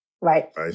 right